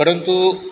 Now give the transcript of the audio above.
परंतु